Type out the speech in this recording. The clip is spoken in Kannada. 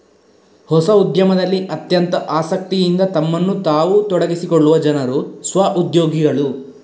ಹೊಸ ಉದ್ಯಮದಲ್ಲಿ ಅತ್ಯಂತ ಆಸಕ್ತಿಯಿಂದ ತಮ್ಮನ್ನು ತಾವು ತೊಡಗಿಸಿಕೊಳ್ಳುವ ಜನರು ಸ್ವ ಉದ್ಯೋಗಿಗಳು